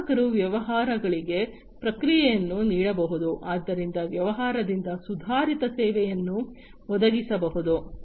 ಗ್ರಾಹಕರು ವ್ಯವಹಾರಗಳಿಗೆ ಪ್ರತಿಕ್ರಿಯೆಯನ್ನು ನೀಡಬಹುದು ಇದರಿಂದಾಗಿ ವ್ಯವಹಾರದಿಂದ ಸುಧಾರಿತ ಸೇವೆಗಳನ್ನು ಒದಗಿಸಬಹುದು